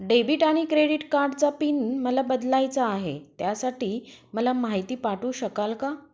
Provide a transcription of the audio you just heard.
Debit आणि credit कार्डचा pin मला बदलायचा आहे, त्यासाठी मला माहिती पाठवू शकाल का?